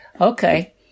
Okay